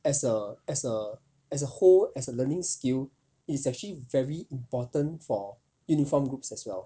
as a as a as a whole as a learning skill it's actually very important for uniform groups as well